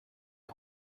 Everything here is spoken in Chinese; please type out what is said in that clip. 缓慢